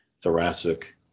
thoracic